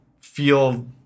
feel